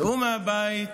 צאו מהבית.